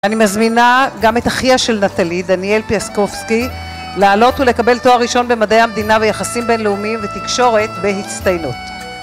אני מזמינה גם את אחיה של נטלי, דניאל פיאסקופסקי, לעלות ולקבל תואר ראשון במדעי המדינה ויחסים בינלאומיים ותקשורת בהצטיינות.